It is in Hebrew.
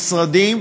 משרדים,